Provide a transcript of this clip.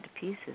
pieces